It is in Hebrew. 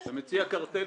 אתה פשוט מציע קרטל.